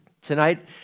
Tonight